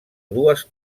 dues